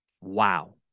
wow